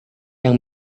yang